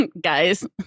guys